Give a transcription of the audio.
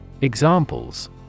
Examples